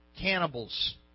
cannibals